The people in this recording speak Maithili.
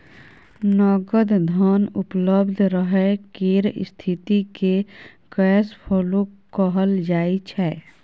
नगद धन उपलब्ध रहय केर स्थिति केँ कैश फ्लो कहल जाइ छै